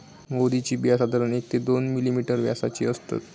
म्होवरीची बिया साधारण एक ते दोन मिलिमीटर व्यासाची असतत